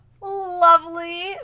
Lovely